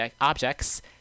objects